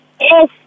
Yes